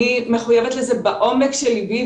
אני מחויבת לזה בעומק של ליבי,